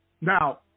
Now